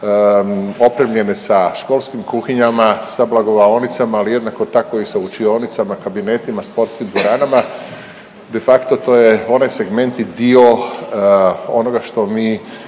opremljene sa školskim kuhinjama, sa blagovaonicama, ali jednako tako i sa učionicama, kabinetima, sportskim dvoranama. De facto, to je onaj segment i dio onoga što mi